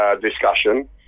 Discussion